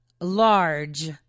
large